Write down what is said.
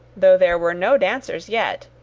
though there were no dancers yet,